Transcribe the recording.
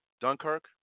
Dunkirk